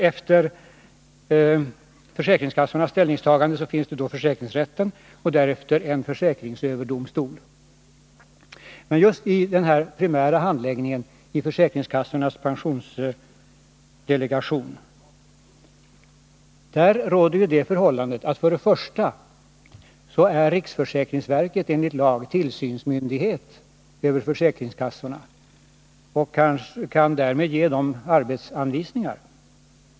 Efter försäkringskassorna kommer som nästa instans försäkringsrätten och därefter försäkringsöverdomstolen. Men för det första är riksförsäkringsverket — bl.a. när det gäller den här primära handläggningen i försäkringskassornas pensionsdelegation — enligt lag tillsynsmyndighet för försäkringskassorna och kan därmed ge dem arbetsanvisningar.